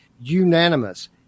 Unanimous